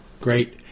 great